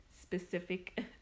specific